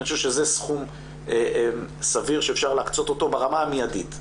אני חושב שזה סכום סביר שאפשר להקצות אותו ברמה המיידית,